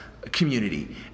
community